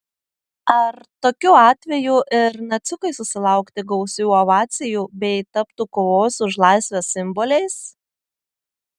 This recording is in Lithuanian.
ar tokiu atveju ir naciukai susilaukti gausių ovacijų bei taptų kovos už laisvę simboliais